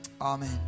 amen